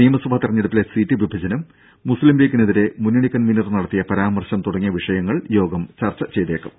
നിയമസഭാ തെരഞ്ഞെടുപ്പിലെ സീറ്റ് വിഭജനം മുസ്ലീം ലീഗിനെതിരെ മുന്നണി കൺവീനർ നടത്തിയ പരാമർശം തുടങ്ങിയ വിഷയങ്ങൾ യോഗം ചർച്ച ചെയ്തേക്കും